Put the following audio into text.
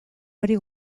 hori